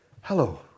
Hello